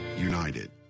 united